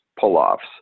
pull-offs